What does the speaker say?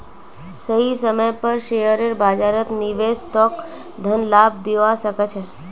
सही समय पर शेयर बाजारत निवेश तोक धन लाभ दिवा सके छे